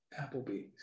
applebee's